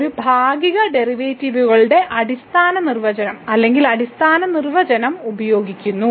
ഇത് ഭാഗിക ഡെറിവേറ്റീവുകളുടെ അടിസ്ഥാന നിർവചനം അല്ലെങ്കിൽ അടിസ്ഥാന നിർവചനം ഉപയോഗിക്കുന്നു